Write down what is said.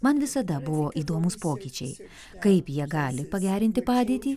man visada buvo įdomūs pokyčiai kaip jie gali pagerinti padėtį